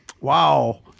Wow